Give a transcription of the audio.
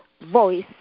voice